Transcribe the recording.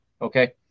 okay